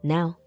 Now